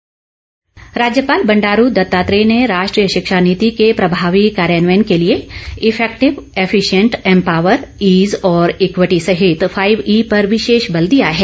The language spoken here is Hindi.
बंडारू दत्तात्रेय राज्यपाल बंडारू दत्तात्रेय ने राष्ट्रीय शिक्षा नीति के प्रभावी कार्यान्वयन के लिए इफेक्टिव एफिशियंट एम्पावर ईज और इक्विटी सहित फाइव ई पर विशेष बल दिया है